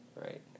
right